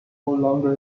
longer